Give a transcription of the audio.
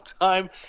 time